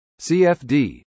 CFD